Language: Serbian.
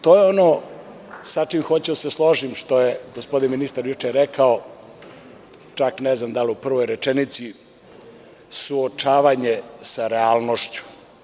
To je ono sa čim hoću da se složim, što je gospodin ministar juče rekao, čak ne znam da li u prvoj rečenici, suočavanje sa realnošću.